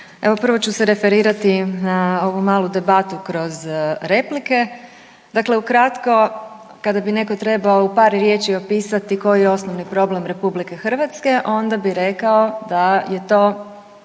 prvo ću se referirati na ovu malu debatu kroz replike. Dakle, ukratko kada bi netko trebao u par riječi opisati koji je osnovni problem RH onda bi rekao da je to